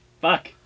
Fuck